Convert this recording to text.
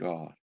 God